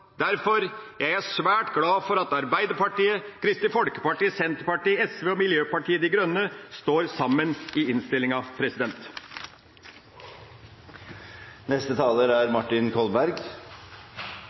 Derfor er jeg svært glad for at Arbeiderpartiet, Kristelig Folkeparti, Senterpartiet, SV og Miljøpartiet De Grønne står sammen i innstillinga.